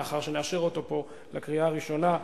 לאחר שנאשר אותו פה בקריאה הראשונה,